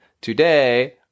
today